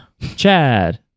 Chad